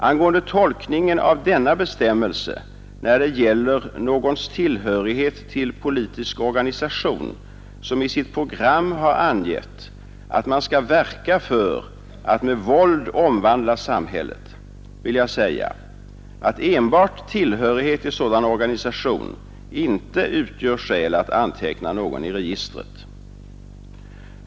Angående tolkningen av denna bestämmelse när det gäller någons tillhörighet till politisk organisation som i sitt program har angivit att man skall verka för att med våld omvandla samhället vill jag säga att enbart tillhörighet till sådan organisation inte utgör skäl att anteckna någon i registret.